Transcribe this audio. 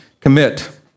commit